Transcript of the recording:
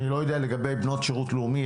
אני לא יודע לגבי בנות שירות לאומי,